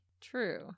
True